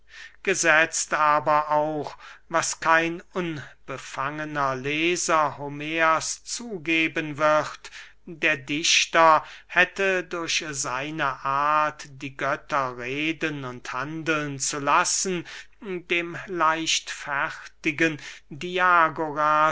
gesetzt aber auch was kein unbefangener leser homers zugeben wird der dichter hätte durch seine art die götter reden und handeln zu lassen dem leichtfertigen